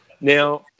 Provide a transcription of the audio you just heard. now